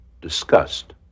discussed